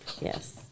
yes